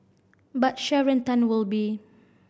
but Sharon Tan will be